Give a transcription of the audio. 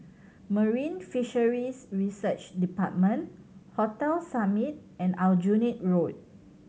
Marine Fisheries Research Department Hotel Summit and Aljunied Road